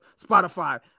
Spotify